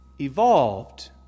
evolved